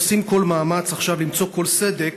עושים כל מאמץ עכשיו למצוא כל סדק